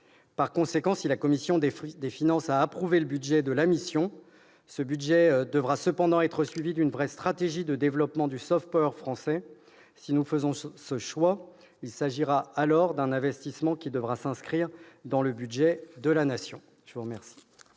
Par conséquent, si la commission des finances a approuvé le budget de la mission, celui-ci devra cependant être suivi d'une vraie stratégie de développement du français. Si nous faisons ce choix, il s'agira alors d'un investissement qui devra s'inscrire dans le budget de la Nation. La parole